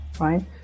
right